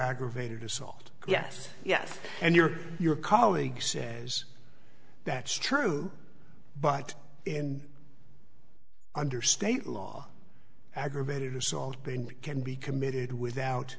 aggravated assault yes yes and your your colleague says that's true but in under state law aggravated assault being can be committed without